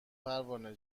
پروانه